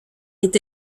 est